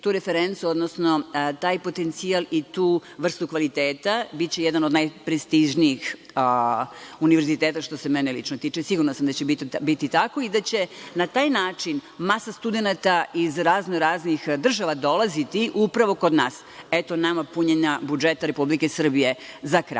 tu referencu, odnosno taj potencijal i tu vrstu kvaliteta. Biće jedan od najprestižnijih univerziteta, što se mene lično tiče. Sigurna sam da će biti tako i da će na taj način masa studenata iz raznoraznih država dolaziti upravo kod nas. Eto nama punjenja budžeta Republike Srbije.Za kraj,